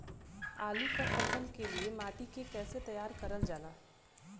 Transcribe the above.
आलू क फसल के लिए माटी के कैसे तैयार करल जाला?